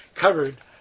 covered